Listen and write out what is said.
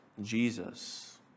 Jesus